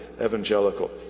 evangelical